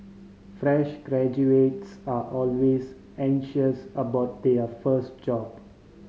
fresh graduates are always anxious about their first job